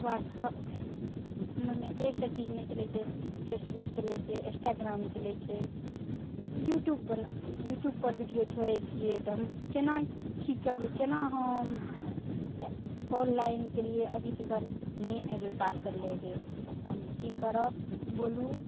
WhatsApp हमरामे एकटा चीज नहि चलै छै फेसबुक चलै छै इस्टाग्राम चलै छै यूट्यूब बना यूट्यूब पर बीडियो छोड़ै छियै तऽ हम केना की करबै केना हम ऑनलाइनके लिए अभी तक लए नहि अयलै पार्सल लऽ के तऽ हम की करब बोलू